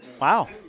Wow